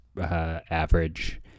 average